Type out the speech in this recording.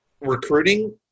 recruiting